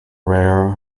rare